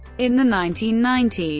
in the nineteen ninety